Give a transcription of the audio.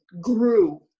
grew